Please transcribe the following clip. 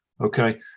okay